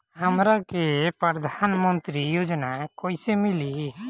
हमरा के प्रधानमंत्री योजना कईसे मिली?